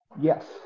Yes